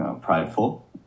prideful